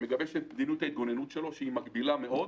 מגבש את מדיניות ההתגוננות שלו, שהיא מגבילה מאוד,